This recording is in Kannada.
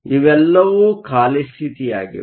ಇವೆಲ್ಲವೂ ಖಾಲಿ ಸ್ಥಿತಿಯಾಗಿವೆ